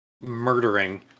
murdering